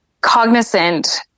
cognizant